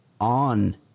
on